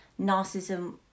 narcissism